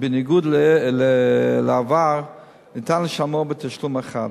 ובניגוד לעבר ניתן לשלמו בתשלום אחד,